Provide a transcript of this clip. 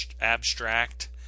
abstract